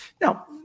Now